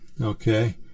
okay